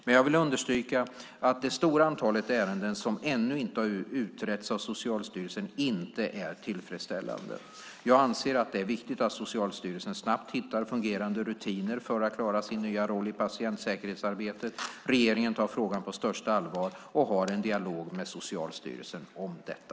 Men jag vill understryka att det stora antalet ärenden som ännu inte har utretts av Socialstyrelsen inte är tillfredsställande. Jag anser att det är viktigt att Socialstyrelsen snabbt hittar fungerande rutiner för att klara sin nya roll i patientsäkerhetsarbetet. Regeringen tar frågan på största allvar och har en dialog med Socialstyrelsen om detta.